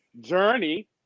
Journey